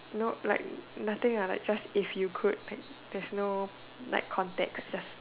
no like nothing lah like just if you could like there's no like context just